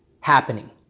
happening